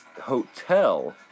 hotel